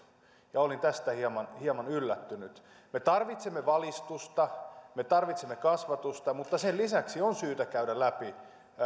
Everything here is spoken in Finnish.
olin tästä hieman hieman yllättynyt me tarvitsemme valistusta me tarvitsemme kasvatusta mutta sen lisäksi on syytä käydä läpi